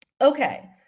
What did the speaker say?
Okay